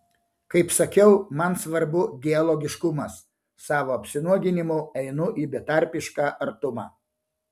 kaip sakiau man svarbu dialogiškumas savo apsinuoginimu einu į betarpišką artumą